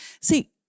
See